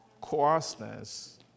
coarseness